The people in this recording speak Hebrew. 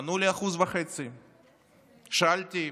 ענו לי: 1.5%. שאלתי: